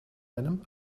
einem